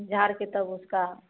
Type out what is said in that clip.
उम्म झार के तब उसका